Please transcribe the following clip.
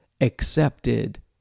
accepted